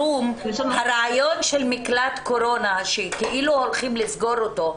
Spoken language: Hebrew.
הרעיון של מקלט קורונה שכאילו הולכים לסגור אותו,